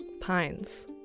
pines